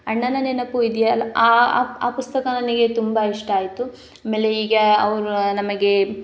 ಅಣ್ಣನ ನೆನಪು ಇದೆಯಲ್ಲ ಆ ಪುಸ್ತಕ ನನಗೆ ತುಂಬ ಇಷ್ಟ ಆಯಿತು ಅಮೇಲೆ ಈಗ ಅವರು ನಮಗೆ